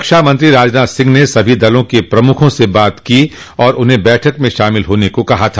रक्षामंत्री राजनाथ सिंह ने सभी दलों के प्रमुखों से बात की और उन्हें बैठक में शामिल होने को कहा था